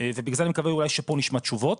ובגלל זה אני מקווה אולי שפה נשמע תשובות,